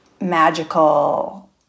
magical